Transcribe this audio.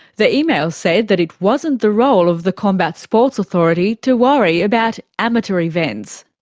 the email said that it wasn't the role of the combat sports authority to worry about amateur events.